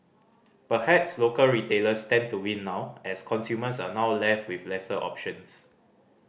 perhaps local retailers stand to win now as consumers are now left with lesser options